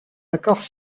accords